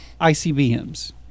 ICBMs